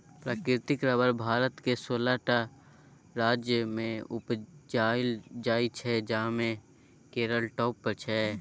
प्राकृतिक रबर भारतक सोलह टा राज्यमे उपजाएल जाइ छै जाहि मे केरल टॉप पर छै